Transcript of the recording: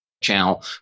channel